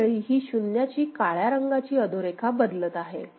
यावेळी ही शून्याची काळ्या रंगाची अधोरेखा बदलत आहे